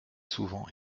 souvent